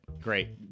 Great